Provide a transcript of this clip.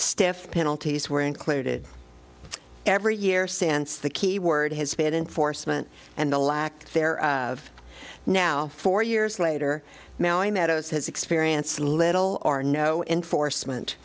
stiff penalties were included every year since the key word has been enforcement and the lack there of now four years later meadows has experienced little or no enforcement